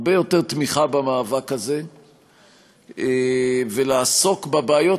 הרבה יותר תמיכה במאבק הזה ולעסוק בבעיות